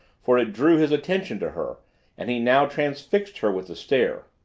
for it drew his attention to her and he now transfixed her with a stare.